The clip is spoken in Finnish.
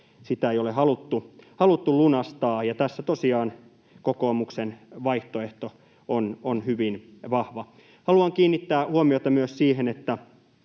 sitä ei ole haluttu lunastaa. Tässä tosiaan kokoomuksen vaihtoehto on hyvin vahva. Haluan kiinnittää huomiota myös siihen, että